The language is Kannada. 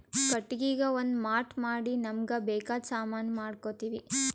ಕಟ್ಟಿಗಿಗಾ ಒಂದ್ ಮಾಟ್ ಮಾಡಿ ನಮ್ಮ್ಗ್ ಬೇಕಾದ್ ಸಾಮಾನಿ ಮಾಡ್ಕೋತೀವಿ